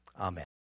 Amen